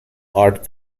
art